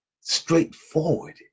straightforward